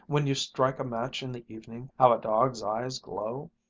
when you strike a match in the evening, how a dog's eyes glow?